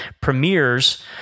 premieres